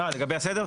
אה, לגבי הסדר.